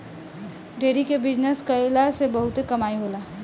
dairy के business कईला से बहुते कमाई होला